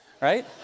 right